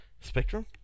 spectrum